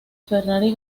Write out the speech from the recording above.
ferrari